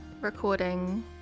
recording